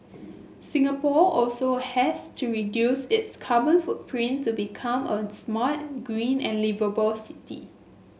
Singapore also has to reduce its carbon footprint to become a smart green and liveable city